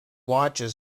watches